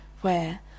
where